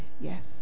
yes